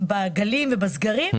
בגלים ובסגרים,